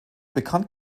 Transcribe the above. bekannt